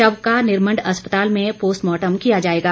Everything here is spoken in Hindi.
शव का निरमंड अस्पताल में पोस्टमॉर्टम किया जाएगा